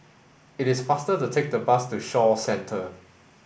it is faster to take the bus to Shaw Centre